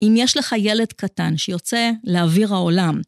אם יש לך ילד קטן שיוצא לאוויר העולם.